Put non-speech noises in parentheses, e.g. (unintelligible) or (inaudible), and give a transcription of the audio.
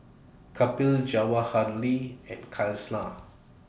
Kapil Jawaharlal and (unintelligible)